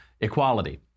Equality